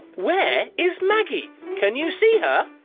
where is maggie? can you see her?